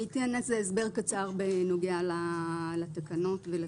אני אתן הסבר קצר בנוגע לתקנות ולתיקון.